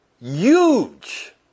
Huge